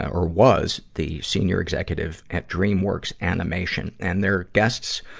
or was, the senior executive at dreamworks animation. and their guests,